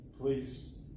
Please